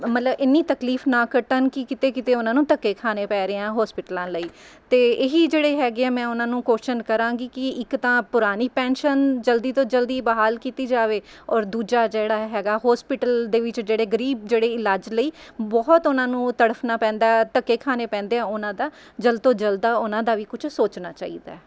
ਮਤਲਬ ਇੰਨੀ ਤਕਲੀਫ ਨਾ ਕੱਟਣ ਕਿ ਕਿਤੇ ਕਿਤੇ ਉਹਨਾਂ ਨੂੰ ਧੱਕੇ ਖਾਣੇ ਪੈ ਰਹੇ ਹੈ ਹੋਸਪਿਟਲਾਂ ਲਈ ਅਤੇ ਇਹੀ ਜਿਹੜੇ ਹੈਗੇ ਹੈ ਮੈਂ ਉਹਨਾਂ ਨੂੰ ਕੋਸ਼ਚਨ ਕਰਾਂਗੀ ਕਿ ਇੱਕ ਤਾਂ ਪੁਰਾਨੀ ਪੈਨਸ਼ਨ ਜਲਦੀ ਤੋਂ ਜਲਦੀ ਬਹਾਲ ਕੀਤੀ ਜਾਵੇ ਔਰ ਦੂਜਾ ਜਿਹੜਾ ਹੈਗਾ ਹੋਸਪਿਟਲ ਦੇ ਵਿੱਚ ਜਿਹੜੇ ਗਰੀਬ ਜਿਹੜੇ ਇਲਾਜ ਲਈ ਬਹੁਤ ਉਹਨਾਂ ਨੂੰ ਤੜਫਨਾ ਪੈਂਦਾ ਧੱਕੇ ਖਾਣੇ ਪੈਂਦੇ ਹੈ ਉਹਨਾਂ ਦਾ ਜਲਦ ਤੋਂ ਜਲਦਾ ਉਹਨਾਂ ਦਾ ਵੀ ਕੁਝ ਸੋਚਣਾ ਚਾਹੀਦਾ